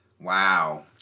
Wow